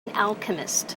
alchemist